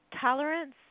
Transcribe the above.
tolerance